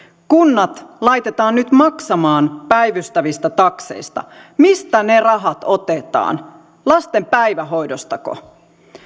kunnat laitetaan nyt maksamaan päivystävistä takseista mistä ne rahat otetaan lasten päivähoidostako